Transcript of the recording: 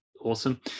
Awesome